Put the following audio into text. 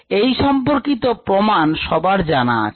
এই সম্পর্কিত প্রমাণ সবার জানা আছে